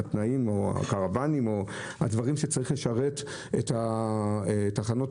קרוואנים או דברים שצריכים לשרת את הנהגים.